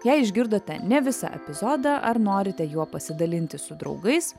jei išgirdote ne visą epizodą ar norite juo pasidalinti su draugais